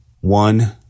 One